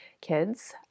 kids